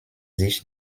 sich